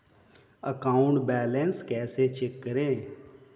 Account balance कैसे check करें?